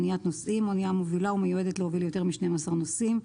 "אניית נוסעים" אנייה המובילה או מיועדת להוביל יותר מ-12 נוסעים.